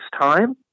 time